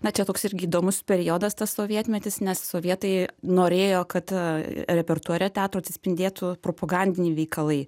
na čia toks irgi įdomus periodas tas sovietmetis nes sovietai norėjo kad repertuare teatro atsispindėtų propagandiniai veikalai